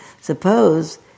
suppose